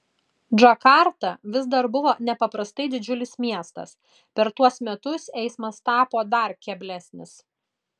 džakarta vis dar buvo nepaprastai didžiulis miestas per tuos metus eismas tapo dar keblesnis